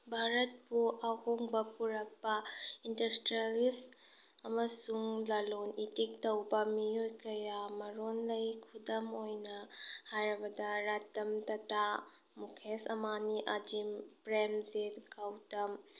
ꯚꯥꯔꯠꯄꯨ ꯑꯍꯣꯡꯕ ꯄꯨꯔꯛꯄ ꯏꯟꯗꯁꯇ꯭ꯔꯦꯂꯤꯁ ꯑꯃꯁꯨꯡ ꯂꯂꯣꯟ ꯏꯇꯤꯛ ꯇꯧꯕ ꯃꯤꯑꯣꯏ ꯀꯌꯥꯃꯔꯨꯝ ꯂꯩ ꯈꯨꯗꯝ ꯑꯣꯏꯅ ꯍꯥꯏꯔꯕꯗ ꯔꯇꯟ ꯇꯇꯥ ꯃꯨꯀꯦꯁ ꯑꯝꯕꯥꯅꯤ ꯑꯥꯖꯤꯝ ꯄ꯭ꯔꯦꯝꯖꯤꯠ ꯒꯧꯇꯝ